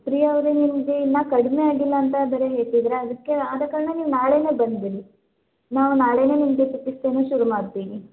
ಪ್ರಿಯಾ ಅವರೇ ನಿಮಗೆ ಇನ್ನು ಕಡಿಮೆ ಆಗಿಲ್ಲ ಅಂತ ಬೇರೆ ಹೇಳ್ತಿದ್ದೀರಾ ಅದಕ್ಕೆ ಆದ ಕಾರಣ ನೀವು ನಾಳೆನೇ ಬಂದುಬಿಡಿ ನಾವು ನಾಳೆನೇ ನಿಮಗೆ ಚಿಕಿತ್ಸೆಯನ್ನು ಶುರು ಮಾಡ್ತೀವಿ